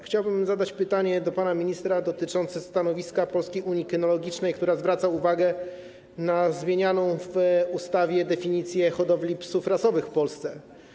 Chciałbym zadać pytanie do pana ministra dotyczące stanowiska Polskiej Unii Kynologicznej, która zwraca uwagę na zmienianą w ustawie definicję hodowli psów rasowych w Polsce.